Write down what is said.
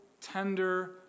tender